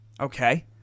Okay